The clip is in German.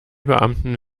beamten